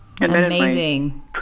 Amazing